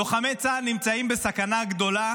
לוחמי צה"ל נמצאים בסכנה גדולה